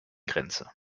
grenze